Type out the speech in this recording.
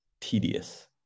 tedious